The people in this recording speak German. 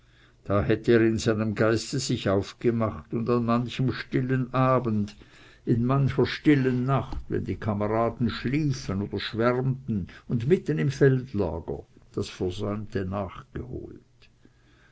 da hätte er in seinem geiste sich aufgemacht und an manchem stillen abend in mancher stillen nacht wenn die kameraden schliefen oder schwärmten und mitten im feldlager das versäumte nachgeholt